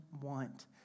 want